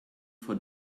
for